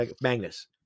Magnus